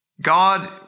God